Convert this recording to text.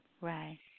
right